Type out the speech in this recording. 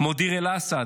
כמו דיר אל-אסד,